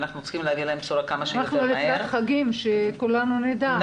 ואנחנו צריכים להביא להם בשורה כמה שיותר מהר.